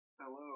Hello